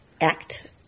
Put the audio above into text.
act